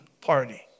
party